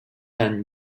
any